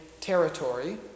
territory